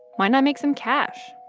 why not make some cash?